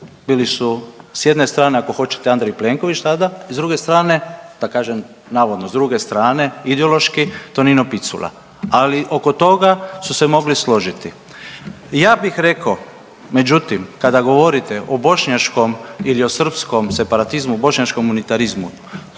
bili su s jedne strane ako hoćete Andrej Plenković tada i s druge strane, da kažem navodno s druge strane ideološki Tonino Picula, ali oko toga su se mogli složiti. Ja bih rekao međutim kada govorite o bošnjačkom ili o srpskom separatizmu, bošnjačkom unitarizmu